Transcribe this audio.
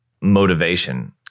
motivation